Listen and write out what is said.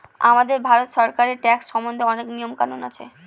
আমাদের ভারত সরকারের ট্যাক্স সম্বন্ধে অনেক নিয়ম কানুন আছে